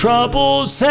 Troubles